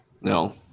No